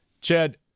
Chad